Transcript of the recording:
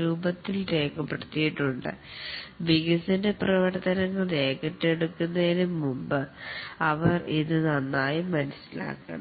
രൂപത്തിൽ രേഖപ്പെടുത്തിയിട്ടുണ്ട് വികസന പ്രവർത്തനങ്ങൾ ഏറ്റെടുക്കുന്നതിനു മുമ്പ് അവർ ഇത് നന്നായി മനസ്സിലാക്കണം